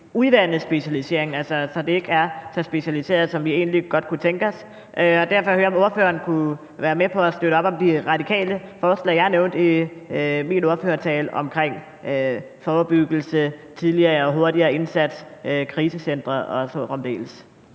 udvander specialiseringen, så det ikke er så specialiseret, som vi egentlig godt kunne tænke os. Jeg vil derfor høre ordføreren, om ordføreren kunne være med til at støtte op om De Radikales forslag, som jeg nævnte i min ordførertale, vedrørende forebyggelse, tidligere og hurtigere indsats, krisecentre og så fremdeles.